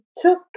took